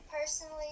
personally